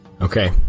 Okay